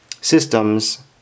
systems